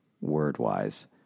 word-wise